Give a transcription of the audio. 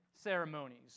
ceremonies